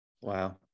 Wow